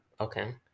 okay